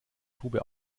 tube